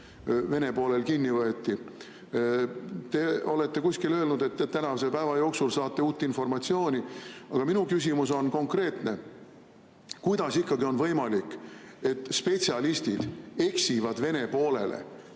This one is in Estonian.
Vene poolel kinni võeti. Te olete kuskil öelnud, et te tänase päeva jooksul saate uut informatsiooni. Aga minu küsimus on konkreetne: kuidas ikkagi on võimalik, et spetsialistid eksivad Vene poolele?